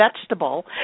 vegetable